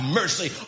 mercy